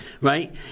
Right